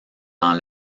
dans